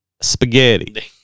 spaghetti